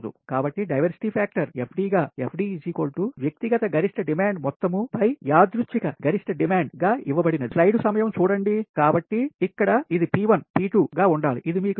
కాబట్టి diversity factor FD గా FD వ్యక్తిగత గరిష్ట డిమాండ్ మొత్తం యాదృచ్చిక గరిష్ట డిమాండ్ గా ఇవ్వబడినది కాబట్టి ఇక్కడ ఇది P1 P2 గా ఉండాలి ఇది మీకు